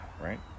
right